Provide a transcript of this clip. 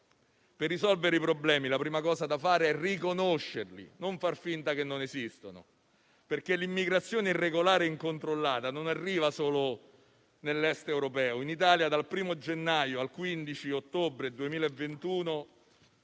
Per risolvere i problemi, la prima cosa da fare è riconoscerli e non far finta che non esistano, perché l'immigrazione irregolare e incontrollata non arriva solo nell'Est europeo. In Italia, dal 1o gennaio al 15 ottobre 2021,